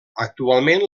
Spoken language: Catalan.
actualment